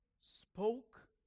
spoke